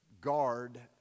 guard